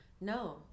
No